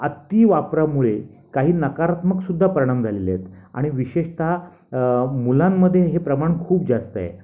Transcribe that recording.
अतिवापरामुळे काही नकारात्मकसुद्धा परिणाम झालेले आहेत आणि विशेषतः मुलांमध्ये हे प्रमाण खूप जास्त आहे